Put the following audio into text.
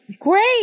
Great